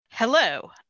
Hello